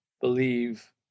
believe